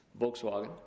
Volkswagen